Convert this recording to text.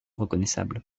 reconnaissable